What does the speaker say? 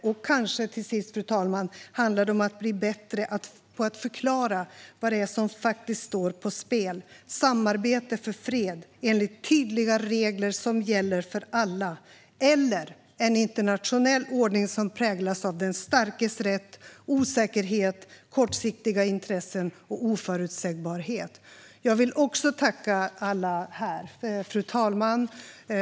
Och kanske till sist, fru talman, handlar det om att bli bättre på att förklara vad det är som faktiskt står på spel: samarbete för fred enligt tydliga regler som gäller för alla eller en internationell ordning som präglas av den starkes rätt, osäkerhet, kortsiktiga intressen och oförutsägbarhet. Fru talman!